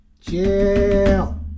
Chill